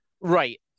Right